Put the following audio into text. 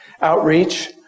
outreach